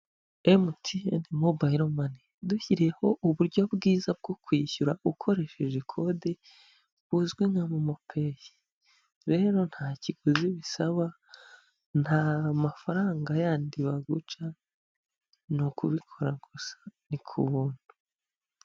MTN mobayiro mani yadushyiriyeho uburyo bwiza bwo kwishyura, ukoresheje kode buzwi nka momopeyi. Rero nta kiguzi bisaba, nta mafaranga yandi baguca, ni ukubikora gusa ni kubuntu.